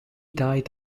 died